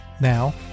Now